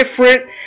different